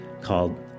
called